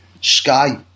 Sky